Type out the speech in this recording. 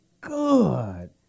Good